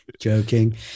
joking